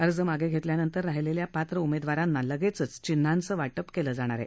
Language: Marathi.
अर्ज मागे घेतल्यानंतर राहीलेल्या पात्र उमेदवारांना लगेचच चिन्हांचं वाटप केलं जाईल